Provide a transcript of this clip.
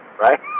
right